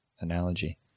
analogy